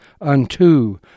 unto